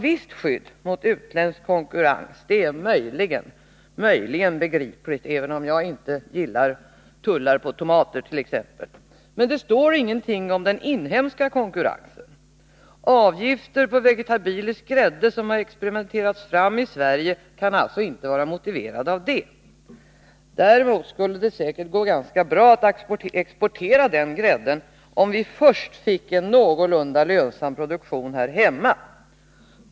Visst skydd mot utländsk konkurrens är möjligen begripligt, även om jag inte gillar tullar på tomater t.ex. Men det står ingenting om den inhemska konkurrensen. Avgifter på vegetabilisk grädde som har experimenterats fram i Sverige kan alltså inte vara motiverade av detta. Däremot skulle det säkert gå ganska bra att exportera denna grädde, om vi först fick en någorlunda lönsam produktion här hemma.